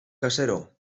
casero